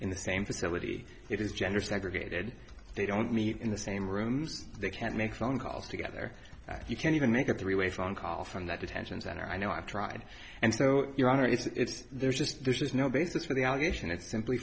in the same facility it is gender segregated they don't meet in the same rooms they can't make phone calls together you can't even make a three way phone call from that detention center i know i tried and so you know it's there's just there's just no basis for the allegation it's simply